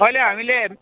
अहिले हामीले